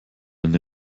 eine